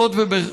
מסובסד.